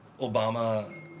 Obama